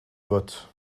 vote